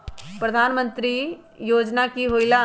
प्रधान मंत्री योजना कि होईला?